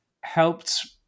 helped